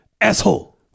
asshole